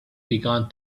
began